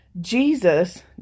Jesus